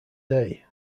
day